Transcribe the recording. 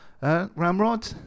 Ramrod